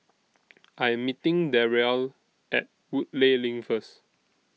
I Am meeting Darryle At Woodleigh LINK First